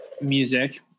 music